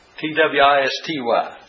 T-W-I-S-T-Y